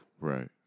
Right